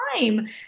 time